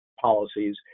policies